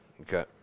okay